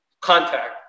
contact